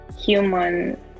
human